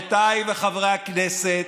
חברותיי וחברי הכנסת,